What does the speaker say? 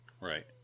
Right